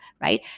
right